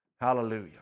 Hallelujah